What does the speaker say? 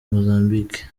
mozambique